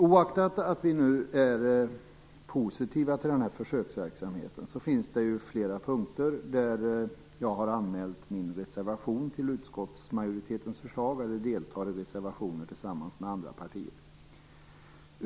Oaktat att vi är positiva till försöksverksamheten har jag på vissa punkter anmält min reservation till utskottsmajoritetens förslag, och på vissa deltar jag i reservationer tillsammans med andra partier.